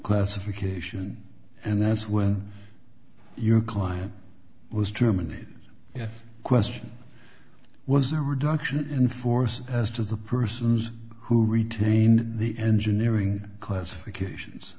classification and that's when your client was terminated yes question was a reduction in force as to the persons who retained the engineering classifications